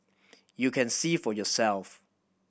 you can see for yourself